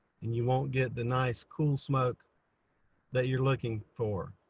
and you won't get the nice cool smoke that you're looking for.